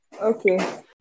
Okay